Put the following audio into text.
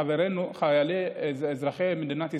חברינו, חיילי, אזרחי, מדינת ישראל,